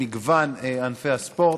במגוון ענפי הספורט.